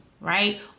right